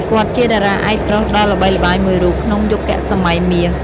គាត់ជាតារាឯកប្រុសដ៏ល្បីល្បាញមួយរូបក្នុងយុគសម័យមាស។